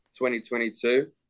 2022